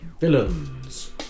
villains